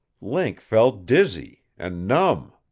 link felt dizzy and numb.